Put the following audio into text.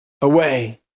away